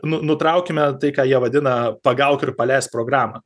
nu nutraukime tai ką jie vadina pagauk ir paleisk programą